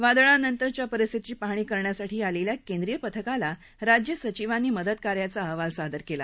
वादळानंतरच्या परिस्थितीची पहाणी करण्यासाठी आलेल्या केंद्रीय पथकाला राज्य सचिवांनी मदत कार्याचा अहवाल सादर केला